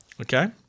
okay